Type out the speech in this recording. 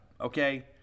okay